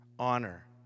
honor